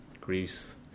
Greece